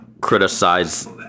criticize